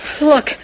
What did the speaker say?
Look